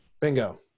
Bingo